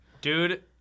Dude